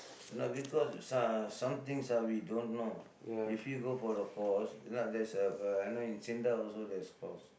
no because so~ uh some things ah we don't know if you go for the course if not there's a uh I know in SINDA there's also a course